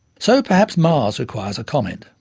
so, perhaps mars requires a comment.